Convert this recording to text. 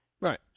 right